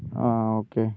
ആ ഓക്കേ